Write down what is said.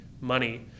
money